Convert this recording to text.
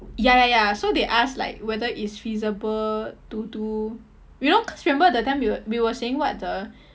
ya ya ya so they ask like whether it's feasible to do you know cause remember that time we were we were saying what the